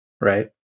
right